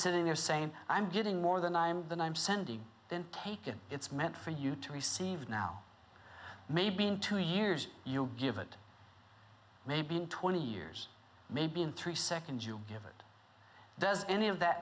sitting there saying i'm getting more than i'm than i'm sending then take it it's meant for you to receive now maybe in two years you'll give it maybe in twenty years maybe in three seconds you'll give it does any of that